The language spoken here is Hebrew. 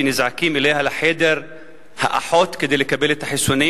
שנזעקים אליה לחדר האחות כדי לקבל את החיסונים.